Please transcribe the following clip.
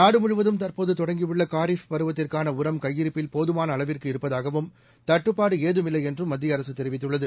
நாடுமுழுவதும் தற்போது தொடங்கியுள்ள காரிப் பருவத்திற்கான உரம் கையிருப்பில் போதமான அளவிற்கு இருப்பதாகவும் தட்டுப்பாடு ஏதுமில்லை என்றும் மத்திய அரசு தெரிவித்துள்ளது